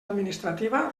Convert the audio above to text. administrativa